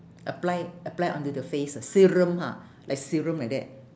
apply apply onto the face uh serum ah like serum like that